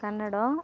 Kannada